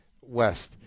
west